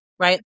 right